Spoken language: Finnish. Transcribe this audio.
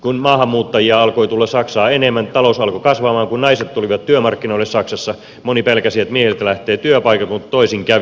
kun maahanmuuttajia alkoi tulla saksaan enemmän talous alkoi kasvaa ja kun naiset tulivat työmarkkinoille saksassa moni pelkäsi että miehiltä lähtevät työpaikat mutta toisin kävi